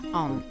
on